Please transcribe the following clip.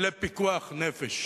נחשבות לפיקוח נפש?